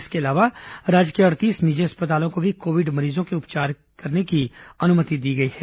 इसके अलावा राज्य के अड़तीस निजी अस्पताओं को भी कोविड मरीजों के उपचार करने की अनुमति दी गई है